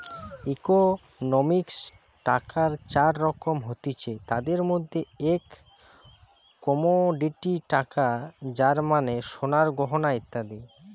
ইকোনমিক্সে টাকার চার রকম হতিছে, তাদির মধ্যে এক কমোডিটি টাকা যার মানে সোনার গয়না ইত্যাদি